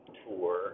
tour